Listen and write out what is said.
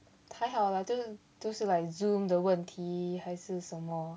还好啦就是 like zoom 的问题还是什么